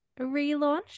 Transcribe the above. relaunched